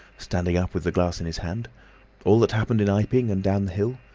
standing up with the glass in his hand all that happened in iping, and down the hill.